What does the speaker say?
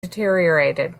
deteriorated